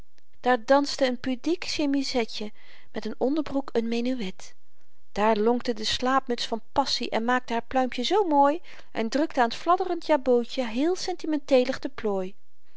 daar danste een pudiek chemisetje met n onderbroek een menuet daar lonkte de slaapmuts van passie en maakte haar pluimpje zoo mooi en drukte aan het fladderend jabootje heel sentimenteelig de plooi